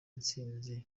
intsinzi